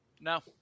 No